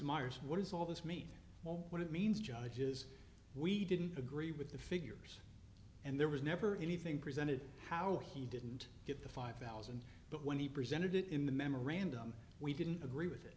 miers what does all this mean well what it means judges we didn't agree with the figures and there was never anything presented how he didn't get the five thousand but when he presented it in the memorandum we didn't agree with it